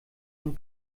von